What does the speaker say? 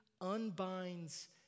unbinds